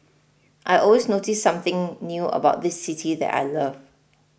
I always notice something new about this city that I love